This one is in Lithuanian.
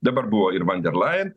dabar buvo ir van der lajen